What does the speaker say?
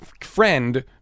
friend